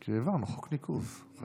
כי העברנו חוק ניקוז.